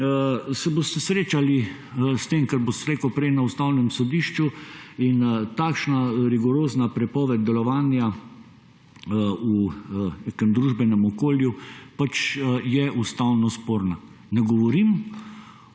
se boste srečali s tem, ker bo slej ko prej na Ustavnem sodišču, ker takšna rigorozna prepoved delovanja v nekem družbenem okolju je ustavno sporna. Ne govorim